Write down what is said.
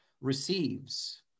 receives